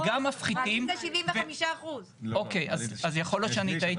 מעלית זה 75%. אז יכול להיות שאני טעיתי.